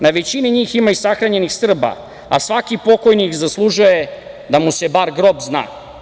Na većini njih ima i sahranjenih Srba, a svaki pokojnik zaslužuje da mu se bar grob zna.